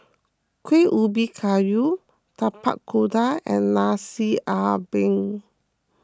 Kueh Ubi Kayu Tapak Kuda and Nasi Ambeng